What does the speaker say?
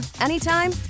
anytime